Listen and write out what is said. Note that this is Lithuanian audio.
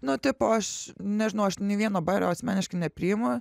nu tipo aš nežinau aš nei vieno bajerio asmeniškai nepriimu